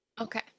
Okay